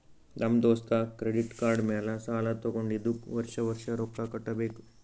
ನಮ್ ದೋಸ್ತ credit card ಮ್ಯಾಲ ಸಾಲಾ ತಗೊಂಡಿದುಕ್ ವರ್ಷ ವರ್ಷ ರೊಕ್ಕಾ ಕಟ್ಟಬೇಕ್